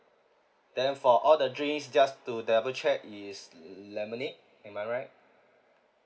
then for all the drinks just to double check is lem~ lemonade am I right